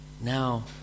now